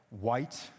White